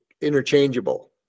interchangeable